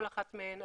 כל אחת מהן,